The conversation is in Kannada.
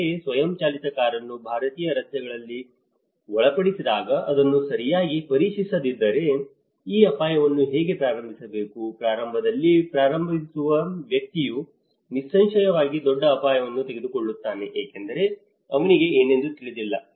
ಅಂತೆಯೇ ಸ್ವಯಂಚಾಲಿತ ಕಾರನ್ನು ಭಾರತೀಯ ರಸ್ತೆಗಳಲ್ಲಿ ಒಳಪಡಿಸಿದಾಗ ಅದನ್ನು ಸರಿಯಾಗಿ ಪರೀಕ್ಷಿಸದಿದ್ದರೆ ಈ ಅಪಾಯವನ್ನು ಹೇಗೆ ಪ್ರಾರಂಭಿಸಬೇಕು ಪ್ರಾರಂಭದಲ್ಲಿ ಪ್ರಾರಂಭಿಸುವ ವ್ಯಕ್ತಿಯು ನಿಸ್ಸಂಶಯವಾಗಿ ದೊಡ್ಡ ಅಪಾಯವನ್ನು ತೆಗೆದುಕೊಳ್ಳುತ್ತಾನೆ ಏಕೆಂದರೆ ಅವನಿಗೆ ಏನೆಂದು ತಿಳಿದಿಲ್ಲ